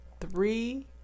three